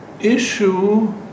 issue